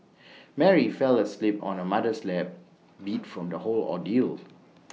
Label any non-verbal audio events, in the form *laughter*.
Mary fell asleep on her mother's lap beat from the whole ordeal *noise*